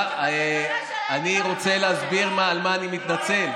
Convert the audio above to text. אני רוצה להסביר על מה אני מתנצל.